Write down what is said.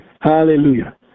Hallelujah